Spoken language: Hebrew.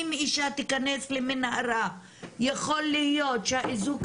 אם אישה תיכנס למנהרה יכול להיות שהאיזוק